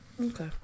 Okay